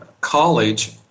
college